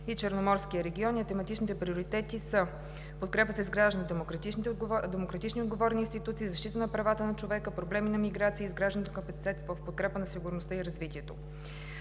и Черноморския регион, а тематичните приоритети са: подкрепа за изграждане на демократични отговорни институции; защита на правата на човека; проблеми на миграция и изграждане на капацитет в подкрепа на сигурността и развитието.